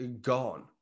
gone